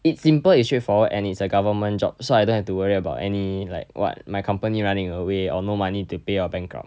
it's simple it's straightforward and it's a government job so I don't have to worry about any like what my company running away or no money to pay or bankrupt